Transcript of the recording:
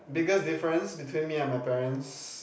biggest difference between me and my parents